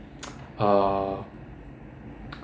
uh